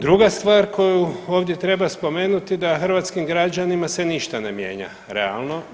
Druga stvar koju ovdje treba spomenuti da se hrvatskim građanima ništa ne mijenja realno.